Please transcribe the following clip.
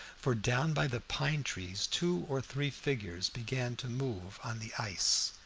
for down by the pine trees two or three figures began to move on the ice.